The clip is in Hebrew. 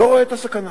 לא רואה את הסכנה,